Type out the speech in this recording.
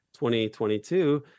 2022